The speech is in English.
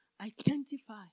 identify